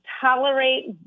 tolerate